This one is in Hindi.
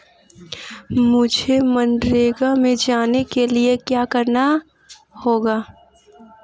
मुझे मनरेगा में जाने के लिए क्या करना होगा?